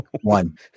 One